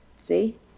See